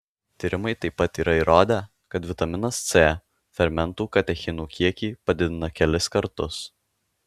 tyrimai taip pat yra įrodę kad vitaminas c fermentų katechinų kiekį padidina kelis kartus